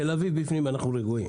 העיקר תל אביב בפנים, אנחנו רגועים.